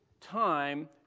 time